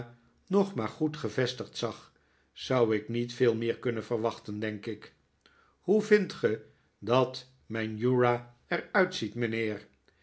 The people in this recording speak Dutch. nog maar goed gevestigd zag zou ik niet veel meer kunnen verwachten denk ik hoe vindt ge dat mijn